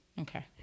Okay